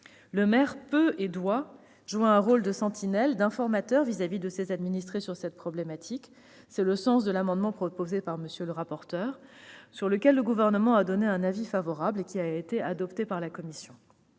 Le maire peut et doit jouer un rôle de sentinelle, d'informateur à l'égard de ses administrés sur cette problématique. C'est le sens de l'amendement de M. le rapporteur, sur lequel le Gouvernement a émis un avis favorable ; il a été adopté par la commission.